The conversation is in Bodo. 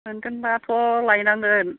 मोनगोनबाथ' लायनांगोन